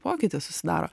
pokytis susidaro